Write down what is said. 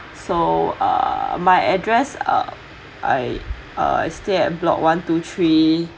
so uh my address uh I stay at block one two three